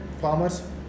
farmers